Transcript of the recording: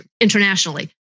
internationally